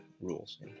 rules